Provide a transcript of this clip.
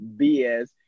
BS